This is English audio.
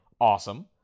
Awesome